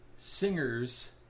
singers